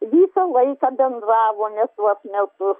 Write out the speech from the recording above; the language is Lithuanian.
visą laiką bendravome tuos metus